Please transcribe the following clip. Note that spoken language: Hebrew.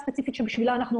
אתייחס לנושא אמון הציבור: